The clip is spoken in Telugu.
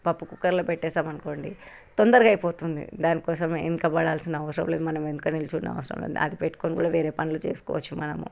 పప్పు కుక్కర్లో పెట్టేసాం అనుకోండి తొందరగా అయిపోతుంది దానికోసం వెనకబడాల్సిన అవసరం లేదు మనం వెనక నుంచో అవసరం ఉండదు అది పెట్టేకుని కూడా వేరే పనులు కూడా చేసుకోవచ్చు మనము